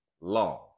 long